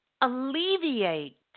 alleviate